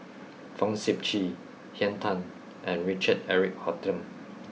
Fong Sip Chee Henn Tan and Richard Eric Holttum